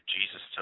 Jesus